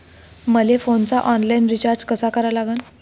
मले फोनचा online recharge कसा करा लागन?